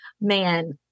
man